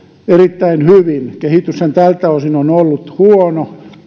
erittäin hyvin kehityshän tältä osin on ollut huono